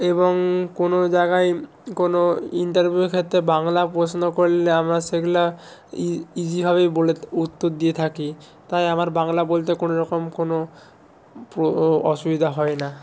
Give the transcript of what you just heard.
এবং কোনও জায়গায় কোনও ইন্টারভিউয়ের ক্ষেত্রে বাংলা প্রশ্ন করলে আমরা সেগুলো ইজিভাবেই বলে উত্তর দিয়ে থাকি তাই আমার বাংলা বলতে কোনওরকম কোনও অসুবিধা হয় না